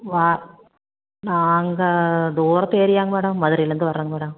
நாங்கள் தூரத்து ஏரியாங்க மேடம் மதுரையிலேருந்து வர்றோம்ங்க மேடம்